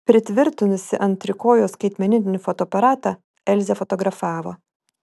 pritvirtinusi ant trikojo skaitmeninį fotoaparatą elzė fotografavo